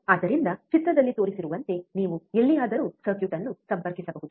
ಆದ್ದರಿಂದ ಚಿತ್ರದಲ್ಲಿ ತೋರಿಸಿರುವಂತೆ ನೀವು ಎಲ್ಲಿಯಾದರೂ ಸರ್ಕ್ಯೂಟ್ ಅನ್ನು ಸಂಪರ್ಕಿಸಬಹುದು